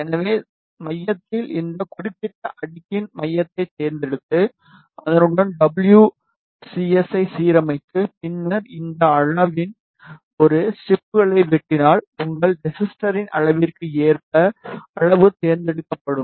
எனவே மையத்தில் இந்த குறிப்பிட்ட அடுக்கின் மையத்தைத் தேர்ந்தெடுத்து அதனுடன் டபுள்யூ பி எஸ் ஐ சீரமைத்து பின்னர் இந்த அளவின் ஒரு ஸ்ட்ரிப்களை வெட்டினால் உங்கள் ரெஸிஸ்டரின் அளவிற்கு ஏற்ப அளவு தேர்ந்தெடுக்கப்படும்